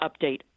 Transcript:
update